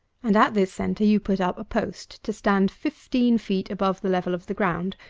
and at this centre you put up a post to stand fifteen feet above the level of the ground,